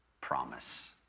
promise